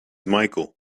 michael